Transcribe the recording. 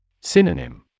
Synonym